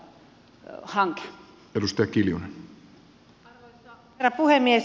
arvoisa herra puhemies